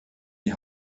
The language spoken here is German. die